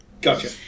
gotcha